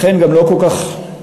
לכן גם לא כל כך סוד,